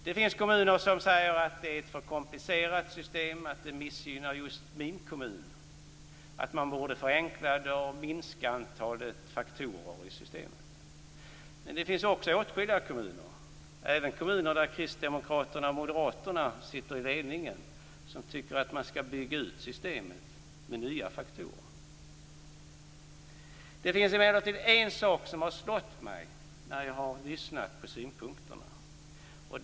Det finns kommuner som säger att det är ett för komplicerat system och att det missgynnar just deras kommun. Man borde förenkla det och minska antalet faktorer i systemet. Men det finns också åtskilliga kommuner - även kommuner där kristdemokraterna och moderaterna sitter i ledningen - som tycker att man skall bygga ut systemet med nya faktorer. Det finns emellertid en sak som har slagit mig när jag har lyssnat på synpunkterna.